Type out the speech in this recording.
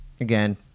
again